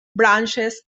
branches